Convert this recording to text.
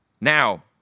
Now